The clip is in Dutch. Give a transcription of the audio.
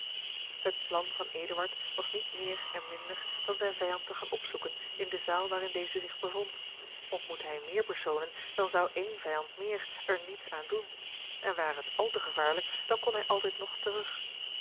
het plan van eduard was niet meer en minder dan zijn vijand te gaan opzoeken in de zaal waarin deze zich bevond ontmoette hij meer personen dan zou één vijand meer er niets aan doen en ware het al te gevaarlijk dan kon hij altijd nog terug